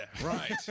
Right